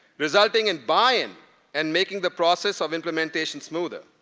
resulting in buy-in and making the process of implementation smoother.